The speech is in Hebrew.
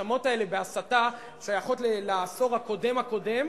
ההאשמות האלה בהסתה שייכות לעשור הקודם הקודם,